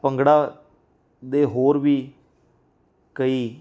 ਭੰਗੜਾ ਦੇ ਹੋਰ ਵੀ ਕਈ